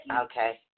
Okay